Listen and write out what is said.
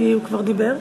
כי הוא כבר דיבר.